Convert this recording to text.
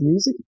Music